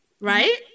Right